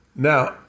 Now